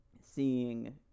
seeing